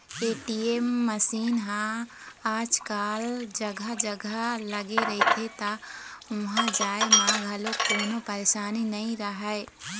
ATM machine ह आजकल जघा जघा लगे रहिथे त उहाँ जाए म घलोक कोनो परसानी नइ रहय